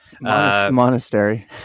Monastery